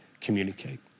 communicate